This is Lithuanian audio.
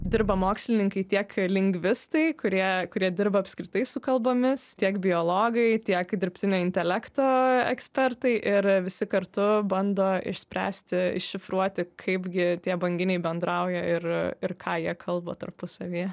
dirba mokslininkai tiek lingvistai kurie kurie dirba apskritai su kalbomis tiek biologai tiek dirbtinio intelekto ekspertai ir visi kartu bando išspręsti iššifruoti kaipgi tie banginiai bendrauja ir ir ką jie kalba tarpusavyje